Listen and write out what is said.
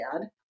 dad